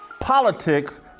Politics